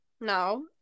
No